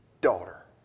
daughter